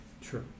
Sure